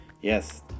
Yes